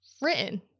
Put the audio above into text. written